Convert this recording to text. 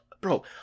bro